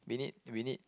we need we need